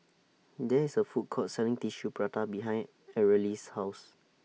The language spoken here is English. There IS A Food Court Selling Tissue Prata behind Areli's House